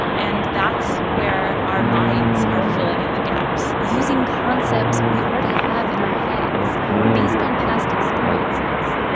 and that's where our minds are filling in the gaps using concepts we already have in our heads based on past experiences.